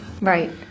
Right